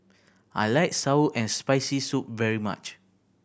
I like sour and Spicy Soup very much